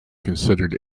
considered